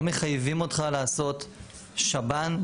לא מחייבים אותך לעשות שב"ן,